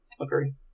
Agree